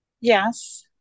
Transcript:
Yes